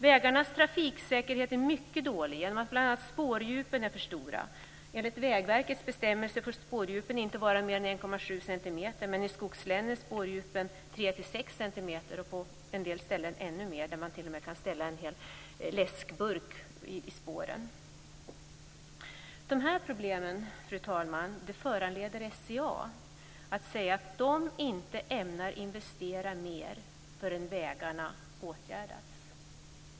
Vägarnas trafiksäkerhet är mycket dålig bl.a. genom att spårdjupen är för stora. Enligt Vägverkets bestämmelser får spårdjup inte vara mer än 1,7 centimeter men i skogslänen är de 3-6 centimeter. På en del ställen är de ännu större. Man kan t.o.m. ställa en läskburk i spåren. De här problemen, fru talman, föranleder SCA att säga att de inte ämnar investera mer förrän vägarna åtgärdats.